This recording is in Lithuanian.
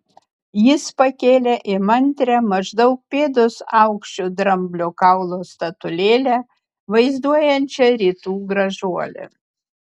jis pakėlė įmantrią maždaug pėdos aukščio dramblio kaulo statulėlę vaizduojančią rytų gražuolę